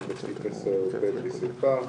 וגם בסעיף 10ב' בסייפה,